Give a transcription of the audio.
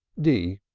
d!